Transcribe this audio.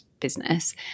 business